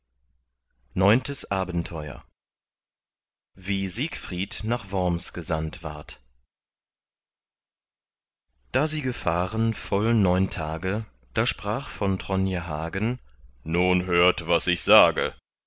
neuntes abenteuer wie siegfried nach worms gesandt ward da sie gefahren waren voll neun tage da sprach von tronje hagen nun hört was ich sage